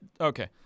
Okay